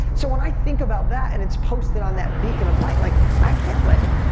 so when i think about that and it's posted on that beacon of light, like i can't let,